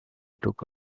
took